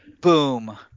Boom